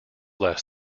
less